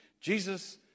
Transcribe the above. Jesus